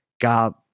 god